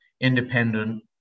independent